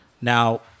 now